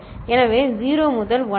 எனவே 0 முதல் 9